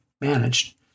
managed